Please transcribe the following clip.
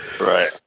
Right